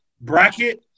bracket